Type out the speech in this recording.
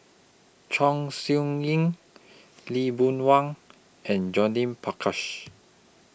Chong Siew Ying Lee Boon Wang and Judith Prakash